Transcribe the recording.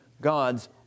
God's